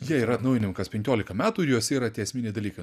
jie yra atnaujinami kas penkiolika metų ir juose yra tie esminiai dalykai